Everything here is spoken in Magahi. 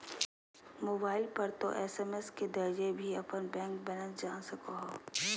मोबाइल पर तों एस.एम.एस के जरिए भी अपन बैंक बैलेंस जान सको हो